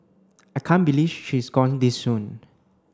I can't believe she is gone this soon